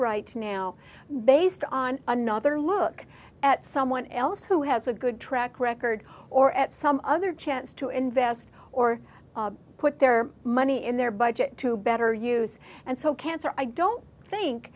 right now based on another look at someone else who has a good track record or at some other chance to invest or put their money in their budget to better use and so cancer i don't think